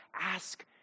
Ask